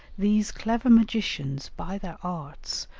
these clever magicians, by their arts,